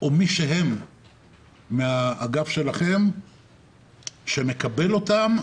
או מישהם מאגף השיקום שמקבל אותם,